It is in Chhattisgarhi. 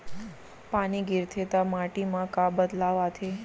पानी गिरथे ता माटी मा का बदलाव आथे?